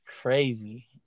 crazy